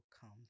come